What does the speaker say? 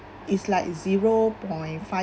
it's like zero point five